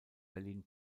berlin